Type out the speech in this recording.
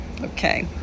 okay